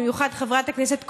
במיוחד על ידי חברת הכנסת קורן,